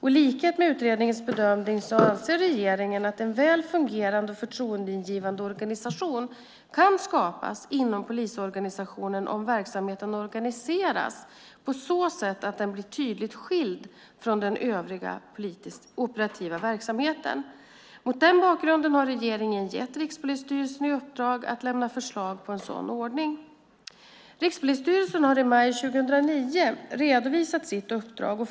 I likhet med utredningens bedömning anser regeringen att en väl fungerande och förtroendeingivande organisation kan skapas inom polisorganisationen om verksamheten organiseras på så sätt att den blir tydligt avskild från den övriga operativa verksamheten. Mot denna bakgrund har regeringen gett Rikspolisstyrelsen i uppdrag att lämna förslag på en sådan ordning. Rikspolisstyrelsen har i maj 2009 redovisat sitt uppdrag.